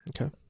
Okay